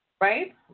right